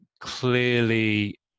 clearly